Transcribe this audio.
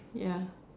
ya